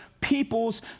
people's